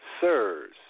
Sirs